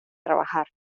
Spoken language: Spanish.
trabajar